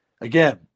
again